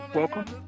welcome